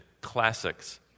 classics